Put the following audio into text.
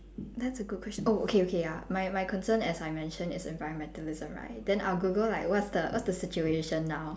that's a good question oh okay okay ya my my concern as I mentioned is environmentalism right then I'll google like what's the what's the situation now